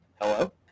Hello